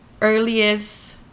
earliest